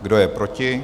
Kdo je proti?